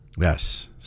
Yes